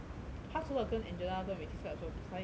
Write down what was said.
他处了跟 angela 跟 mei qi skype also study 比较 hard